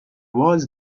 wars